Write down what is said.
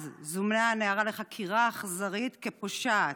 אז זומנה הנערה לחקירה אכזרית כפושעת.